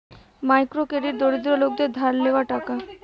micro credit দরিদ্র লোকদের ধার লেওয়া টাকা